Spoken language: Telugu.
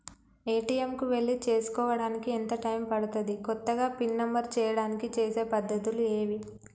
ఏ.టి.ఎమ్ కు వెళ్లి చేసుకోవడానికి ఎంత టైం పడుతది? కొత్తగా పిన్ నంబర్ చేయడానికి చేసే పద్ధతులు ఏవి?